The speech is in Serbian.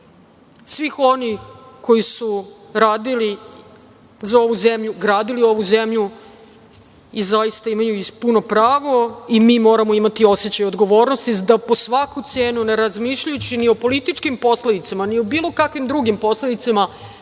svih onih koji su radili za ovu zemlju, gradili ovu zemlju i zaista imaju puno pravo i mi moramo imati osećaj odgovornosti da po svaku cenu, ne razmišljajući ni o političkim posledicama, ni o bilo kakvim drugim posledicama,